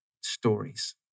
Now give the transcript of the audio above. stories